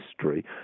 history